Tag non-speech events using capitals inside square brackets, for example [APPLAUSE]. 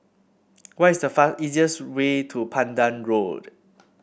what is the [UNINTELLIGIBLE] easiest way to Pandan Road